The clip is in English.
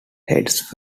heads